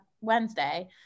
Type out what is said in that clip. Wednesday